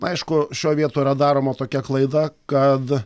na aišku šioj vietoj yra daroma tokia klaida kad